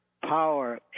power